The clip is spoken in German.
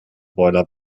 boiler